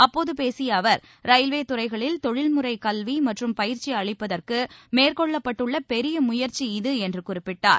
அப்போது பேசிய அவர் ரயில்வே துறைகளில் தொழில்முறை கல்வி மற்றும் பயிற்சி அளிப்பதற்கு மேற்கொள்ளப்பட்டுள்ள பெரிய முயற்சி இது என்று குறிப்பிட்டார்